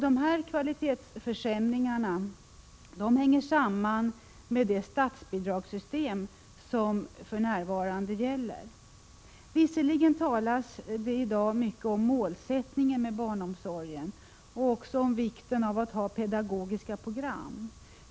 Dessa kvalitetsförsämringar hänger samman med det statsbidragssystem som för närvarande gäller. Visserligen talas det i dag mycket om målsättningen med barnomsorgen och om vikten av att ha pedagogiska program.